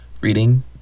reading